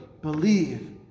believe